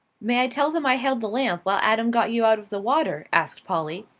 may i tell them i held the lamp while adam got you out of the water? asked polly.